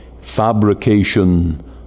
fabrication